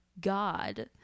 god